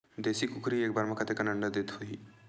देशी कुकरी एक बार म कतेकन अंडा देत होही?